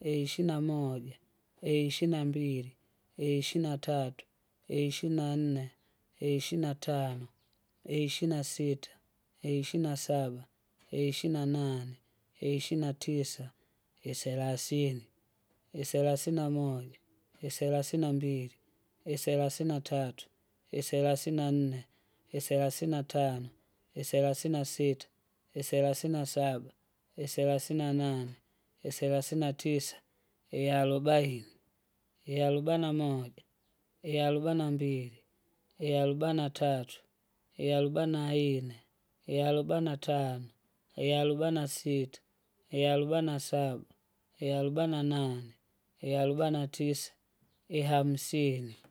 eishina moja, eishina mbili, eishina tatu, eishina nne, eishina tano, eishina sita, eishina saba, eishina nane, eishina tisa, iselasini, iselasina moja, iselasina mbili, iselasina tatu, iselasina nne, iselasina tano, iselasina sita, isalisina sita, isalasina saba, isalasina nane, isalasina tisa, iarubaini, iarubaina moja, iarubaina mbili, iarubaina tatu, iarobaina inne, iarobena tano, iarobena sita, iarobaina saba, airobaina nane, iarobena tisa, ihamsini.